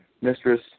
mistress